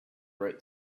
wrote